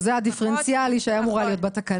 שזה הדיפרנציאלי שהיה אמור היה להיות בתקנות.